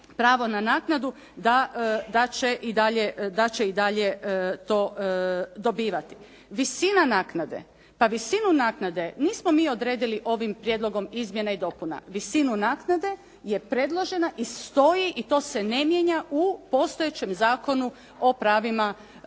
da će i dalje, da će i dalje to dobivati. Visina naknade. Pa visinu naknade nismo mi odredili ovim prijedlogom izmjena i dopuna. Visinu naknade je predložena i stoji i to se ne mijenja u postojećem Zakonu o pravima